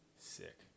sick